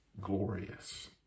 glorious